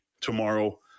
tomorrow